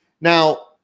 Now